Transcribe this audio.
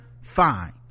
fine